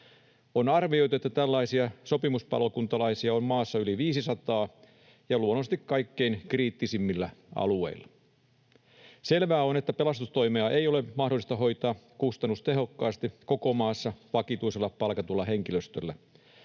On arvioitu, että tällaisia sopimuspalokuntalaisia on maassa yli 500 ja luonnollisesti kaikkein kriittisimmillä alueilla. Selvää on, että pelastustoimea ei ole mahdollista hoitaa kustannustehokkaasti koko maassa vakituisella palkatulla henkilöstöllä.